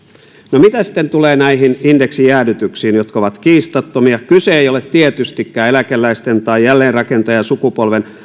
no mitä sitten tulee näihin indeksijäädytyksiin jotka ovat kiistattomia kyse ei ole tietystikään eläkeläisten tai jälleenrakentajasukupolven